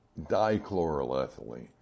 dichloroethylene